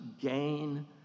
gain